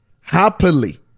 happily